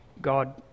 God